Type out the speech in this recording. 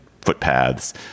footpaths